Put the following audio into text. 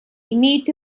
имеет